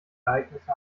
ereignisse